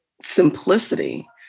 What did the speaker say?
simplicity